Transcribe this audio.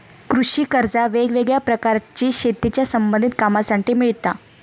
कृषि कर्जा वेगवेगळ्या प्रकारची शेतीच्या संबधित कामांसाठी मिळता